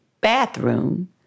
bathroom